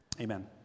Amen